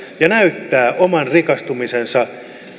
ja näyttää oman rikastumisensa